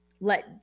let